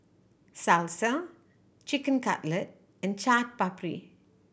Salsa Chicken Cutlet and Chaat Papri